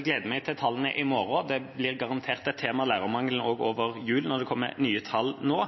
gleder meg til å se tallene i morgen. Lærermangelen blir garantert et tema også over jul når det kommer nye tall nå.